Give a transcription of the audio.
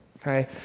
Okay